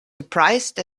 surprised